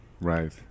Right